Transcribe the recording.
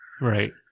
right